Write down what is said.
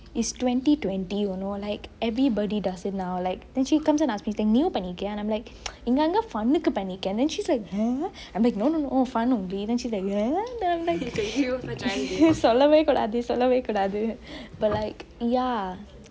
is twenty twenty you know everybody does it now then she comes and ask me நீயு பன்னிருக்கியா:neeyu pannirikiyaa then I'm like இங்க அங்க:ingge angge fun னுக்கு பன்னிருக்க:nuku panniruke then she is like ah I'm like no no no she is like ah சொல்லவெ கூடாது சொல்லவெ கூடாது:solleve kudathu solleve kudathu but like ya